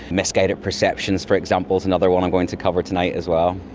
misguided perceptions, for example, is another one i'm going to cover tonight as well.